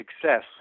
success